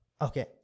Okay